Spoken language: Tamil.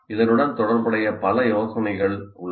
இதனுடன் தொடர்புடைய பல யோசனைகள் உள்ளன